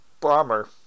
bomber